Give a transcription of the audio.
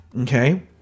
Okay